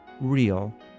Real